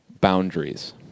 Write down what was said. boundaries